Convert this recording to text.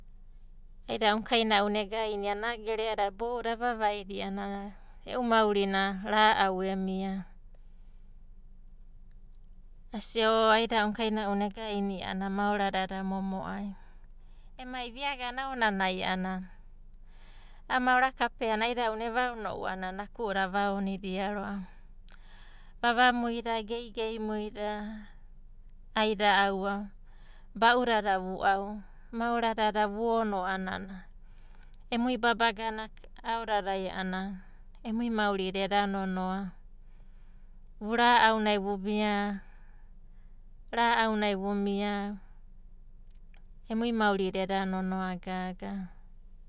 Aida'una kaina'una againa a'ana a'a gere'ada boudadai avavaidia a'anana e'u maurina ra'au emia. Asia o aida'una kaina'una egainia a'ana maoradada momo'ai. Emai va iagana aonanai a'anana a'a maora kapea na aida'una evaono'u a'anana naku'uda avaonodia ro'ava, vavamuida, geigeimuida, aida, aua ba'udada vu'au, maoradada vuono a'ana emui babagada aodadai a'ana emui maurida eda nonoa. Ra'au nai vumia, ra'aunai vumia, emui maurida eda nonoa gaga.